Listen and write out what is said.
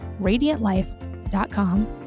radiantlife.com